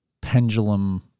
pendulum